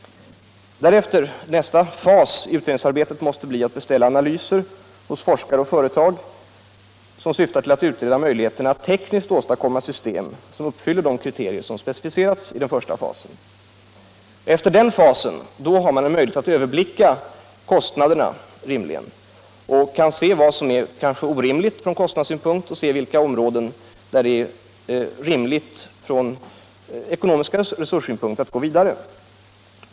Nästa fas i utvecklingsarbetet måste bli att av företagare och forskare beställa analyser som syftar till att utreda förutsättningarna att tekniskt åstadkomma system som uppfyller de kriterier som specificerats i den första fasen. Därefter har man möjlighet att överblicka kostnaderna och kan se vad som är orimligt från kostnadssynpunkt och på vilka områden det med hänsyn till de ekonomiska resurserna är rimligt att gå vidare.